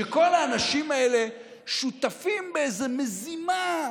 שכל האנשים האלה שותפים לאיזו מזימה,